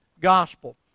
gospel